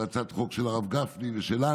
הצעת חוק של חבר הכנסת גפני ושלנו.